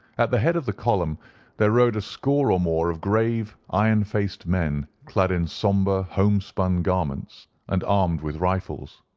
at the head of the column there rode a score or more of grave ironfaced men, clad in sombre homespun garments and armed with rifles.